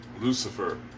Lucifer